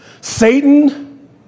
Satan